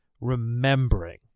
remembering